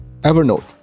Evernote